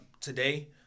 today